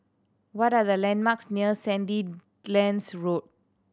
what are the landmarks near Sandilands Road